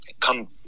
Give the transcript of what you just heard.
come